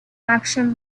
action